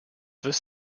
this